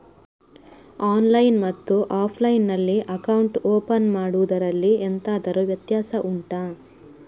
online ಮತ್ತು offline ನಲ್ಲಿ account open ಮಾಡುವುದರಲ್ಲಿ ಎಂತಾದರು ವ್ಯತ್ಯಾಸ ಉಂಟಾ